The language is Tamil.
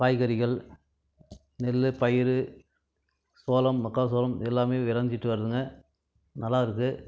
காய்கறிகள் நெல் பயிர் சோளம் மக்காச்சோளம் இது எல்லாமே விளைஞ்சிட்டு வருதுங்க நல்லா இருக்குது